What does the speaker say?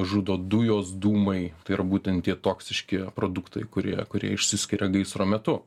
žudo dujos dūmai tai yra būtent tie toksiški produktai kurie kurie išsiskiria gaisro metu